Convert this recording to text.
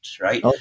right